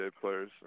players